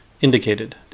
indicated